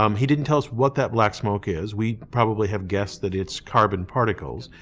um he didn't tell us what that black smoke is. we probably have guessed that it's carbon particles.